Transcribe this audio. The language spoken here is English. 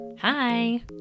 Hi